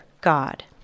God